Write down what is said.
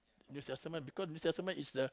new testament because new testament is the